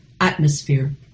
atmosphere